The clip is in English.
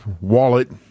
wallet